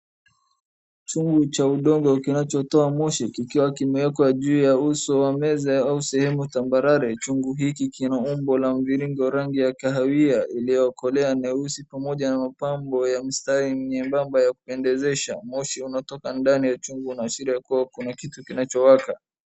Chungu cha udongo kinachotoa moshi kikiwa kimewekwa juu ya uso wa meza au sehemu tambarare. Chungu hiki kina umbo la mviringo na rangi ya kahawia iliyokolea nyeusi pamoja na mapambo ya msitari mwembamba wa kwendelesha. Moshi unatoka ndani kuashiria kuwa kuna kitu kinachowaka.